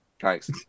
thanks